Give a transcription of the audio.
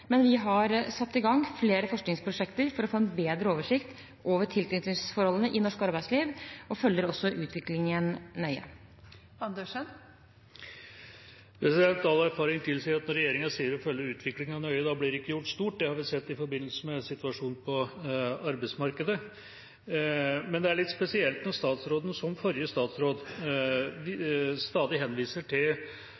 Men vi har satt i gang flere forskningsprosjekter for å få en bedre oversikt over tilknytningsforholdene i norsk arbeidsliv, og vi følger også utviklingen nøye. All erfaring tilsier at når regjeringa sier at de følger utviklingen nøye, da blir det ikke gjort stort. Det har vi sett i forbindelse med situasjonen på arbeidsmarkedet. Men det er litt spesielt når statsråden – som forrige statsråd